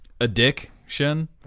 Addiction